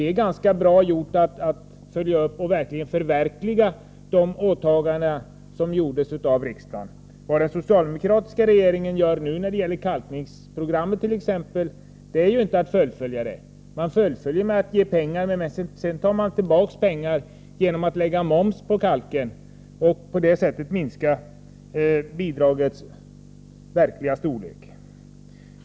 Det är ganska bra gjort att ha följt upp och förverkligat de åtaganden som gjordes av riksdagen! Vad den socialdemokratiska regeringen gör nu, exempelvis när det gäller kalkningsprogrammet, är inte att fullfölja detta. Regeringen fullföljer så till vida att man ger pengar, men sedan tar man tillbaka pengar genom att lägga moms på kalken. På det sättet minskar man bidragets verkliga storlek.